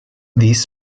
these